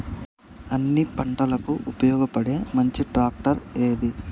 అన్ని పంటలకు ఉపయోగపడే మంచి ట్రాక్టర్ ఏది?